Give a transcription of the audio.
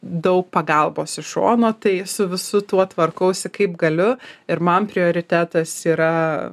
daug pagalbos iš šono tai su visu tuo tvarkausi kaip galiu ir man prioritetas yra